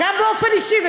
גם באופן אישי.